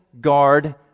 guard